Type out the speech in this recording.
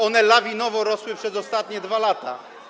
One lawinowo rosły przez ostanie 2 lata.